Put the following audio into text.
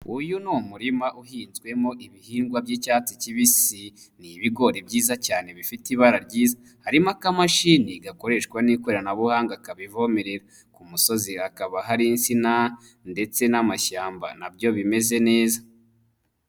Uyu ni umurima uhintsemo ibihingwa by'icyatsi kibisi. Ni ibigori byiza cyane bifite ibara ryiza. Harimo akamashini gakoreshwa n'ikoranabuhanga kabivomere. Kumusozi hakaba hari insina ndetse n'amashyamba, nabyo bimeze neza.